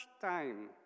time